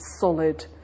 solid